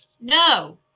no